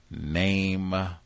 name